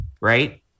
right